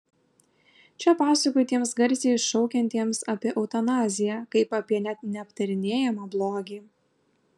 čia pasakoju tiems garsiai šaukiantiems apie eutanaziją kaip apie net neaptarinėjamą blogį